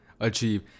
Achieve